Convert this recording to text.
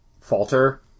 falter